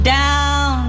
down